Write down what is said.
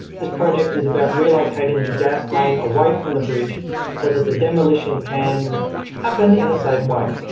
this project is about relocating the gas main away from the bridge so that the demolition can happen in a safe way.